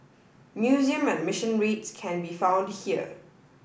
museum admission rates can be found here